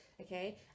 okay